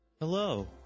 Hello